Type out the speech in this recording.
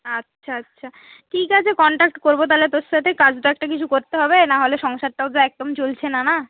আচ্ছা আচ্ছা ঠিক আছে কনট্যাক্ট করবো তাহলে তোর সাথে কাজ টাজ তো কিছু করতে হবে না হলে সংসারটাও তো একদম চলছে না না